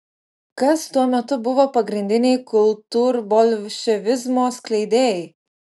kas tuo metu buvo pagrindiniai kultūrbolševizmo skleidėjai